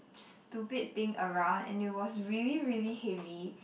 stupid thing around and it was really really heavy